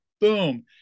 boom